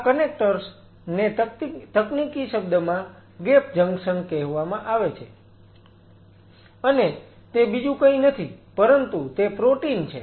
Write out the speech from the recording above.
આ કનેક્ટર્સ ને તકનીકી શબ્દમાં ગેપ જંકશન કહેવામાં આવે છે અને તે બીજું કંઈ નથી પરંતુ તે પ્રોટીન છે